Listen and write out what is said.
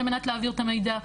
על מנת להעביר את המידע,